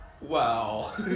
Wow